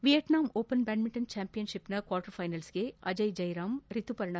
Vietnam open badminton ಚಾಂಪಿಯನ್ಶಿಪ್ನ quarter ಫ್ಟೆನಲ್ಸ್ಗೆ ಅಜಯ್ ಜಯರಾಮ್ ರಿತುಪರ್ಣ